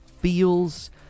feels